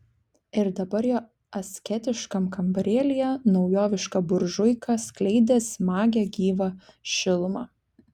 ir dabar jo asketiškam kambarėlyje naujoviška buržuika skleidė smagią gyvą šilumą